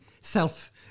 self